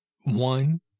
One